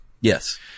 Yes